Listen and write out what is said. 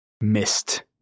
missed